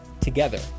together